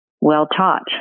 well-taught